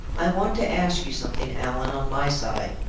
i want to ask you something, allan, on my side.